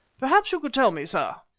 perhaps you could tell me, sir,